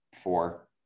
four